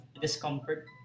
discomfort